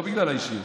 לא בגלל האישיות,